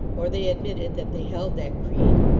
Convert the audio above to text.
or they admitted that they held that creed,